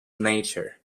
nature